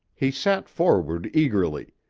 he sat forward eagerly,